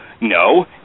No